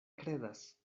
kredas